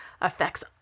affects